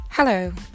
Hello